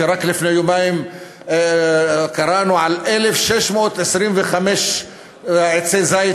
ורק לפני יומיים קראנו על 1,625 עצי זית